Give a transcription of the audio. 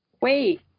Wait